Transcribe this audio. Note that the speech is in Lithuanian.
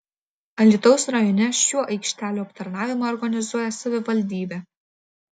alytaus rajone šių aikštelių aptarnavimą organizuoja savivaldybė